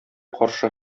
каршы